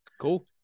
Cool